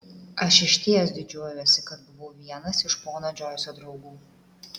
aš išties didžiuojuosi kad buvau vienas iš pono džoiso draugų